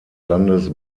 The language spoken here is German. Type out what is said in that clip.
landes